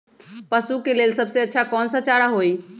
पशु के लेल सबसे अच्छा कौन सा चारा होई?